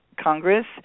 Congress